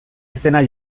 izena